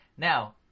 Now